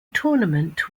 tournament